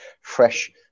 fresh